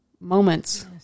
moments